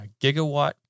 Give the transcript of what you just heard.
Gigawatt